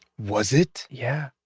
was it? yeah.